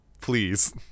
please